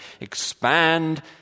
expand